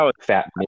fat